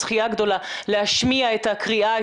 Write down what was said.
להשמיע את הקריאה,